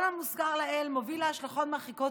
כל המוזכר לעיל מוביל להשלכות מרחיקות